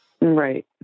Right